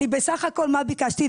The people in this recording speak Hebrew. בסך הכול מה ביקשתי,